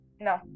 No